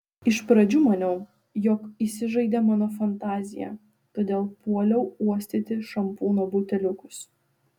iš pradžių maniau jog įsižaidė mano fantazija todėl puoliau uostyti šampūno buteliukus